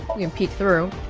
we can peek through